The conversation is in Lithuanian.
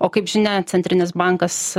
o kaip žinia centrinis bankas